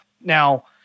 now